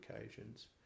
occasions